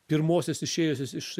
pirmosios išėjusios iš